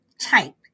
type